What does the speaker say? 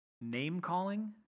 Name-calling